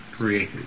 Created